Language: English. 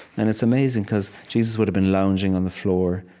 and it's amazing because jesus would have been lounging on the floor.